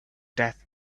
death